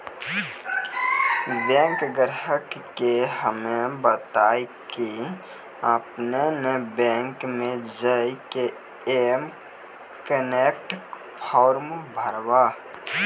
bank ग्राहक के हम्मे बतायब की आपने ने बैंक मे जय के एम कनेक्ट फॉर्म भरबऽ